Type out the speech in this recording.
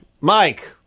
Mike